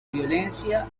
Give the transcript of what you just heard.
violencia